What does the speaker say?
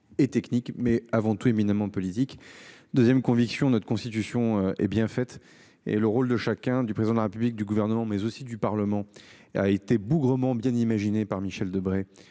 et techniques mais avant tout éminemment politique 2ème conviction notre constitution. Hé bien fait et le rôle de chacun, du président de la République du gouvernement mais aussi du Parlement a été bougrement bien imaginé par Michel Debré,